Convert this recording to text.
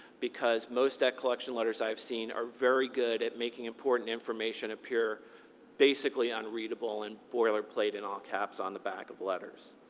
because most debt collection letters i've seen are very good at making important information appear basically unreadable and boilerplate and all caps on the back of letters.